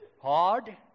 hard